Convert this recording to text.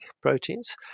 proteins